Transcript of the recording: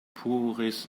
puris